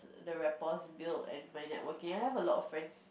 the rapport is built and my networking I have a lot of friends